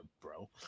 bro